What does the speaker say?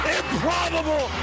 improbable